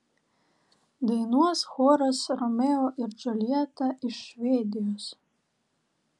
dainuos choras romeo ir džiuljeta iš švedijos